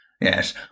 yes